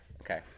Okay